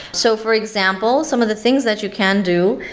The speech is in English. so for example, some of the things that you can do,